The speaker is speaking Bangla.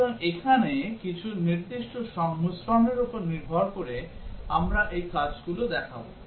সুতরাং এখানে কিছু নির্দিষ্ট সংমিশ্রণের উপর নির্ভর করে আমরা এই কাজগুলি দেখাবো